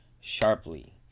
sharply